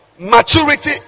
Maturity